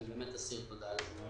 אני באמת אסיר תודה על כך.